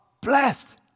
blessed